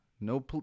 No